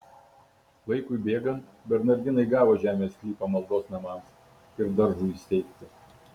laikui bėgant bernardinai gavo žemės sklypą maldos namams ir daržui įsteigti